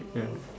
ya